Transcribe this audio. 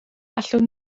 allwn